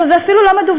אבל זה אפילו לא מדווח.